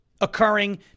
occurring